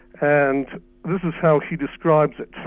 and this is how he describes it.